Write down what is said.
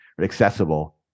accessible